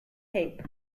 tape